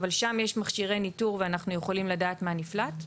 אבל שם יש מכשירי ניטור ואנחנו יכולים לדעת מה נפלט.